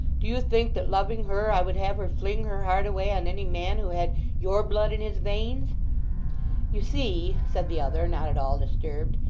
do you think that, loving her, i would have her fling her heart away on any man who had your blood in his veins you see said the other, not at all disturbed,